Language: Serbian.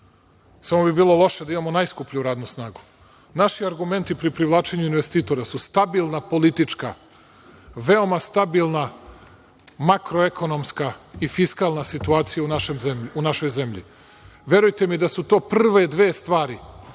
samo bi bilo loše da imamo najskuplju radnu snagu. Naši argumenti pri privlačenju investitora su stabilna politička, veoma stabilna makroekonomska i fiskalna situacija u našoj zemlji. Verujte mi da su to prve dve stvari